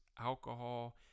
alcohol